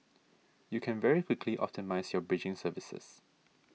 you can very quickly optimise your bridging services